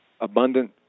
abundant